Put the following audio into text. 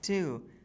Two